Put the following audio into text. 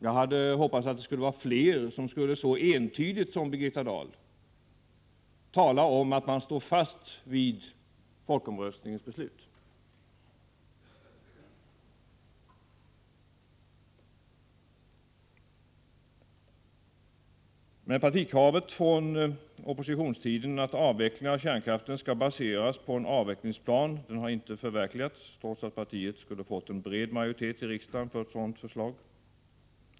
Jag hade hoppats att det skulle vara flera som lika entydigt som Birgitta Dahl skulle tala om att man står fast vid folkomröstningens beslut. Men partikravet från oppositionstiden, att avvecklingen av kärnkraften skall baseras på en avvecklingsplan, har inte förverkligats, trots att regeringen skulle få en bred majoritet i riksdagen för ett sådant förslag.